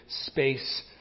space